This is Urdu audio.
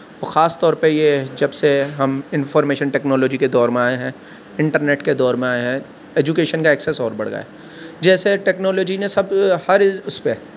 اور خاص طور پہ یہ جب سے ہم انفارمیشن ٹیکنالوجی کے دور میں آئے ہیں انٹرنیٹ کے دور میں آئے ہیں ایجوکیشن کا ایکسیس اور بڑھ گیا ہے جیسے ٹیکنالوجی نے سب ہر اس پہ